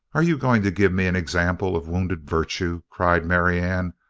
are you going to give me an example of wounded virtue? cried marianne,